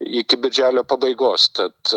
iki birželio pabaigos tad